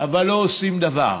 אבל לא עושים דבר.